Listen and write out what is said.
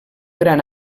gran